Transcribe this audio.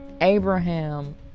Abraham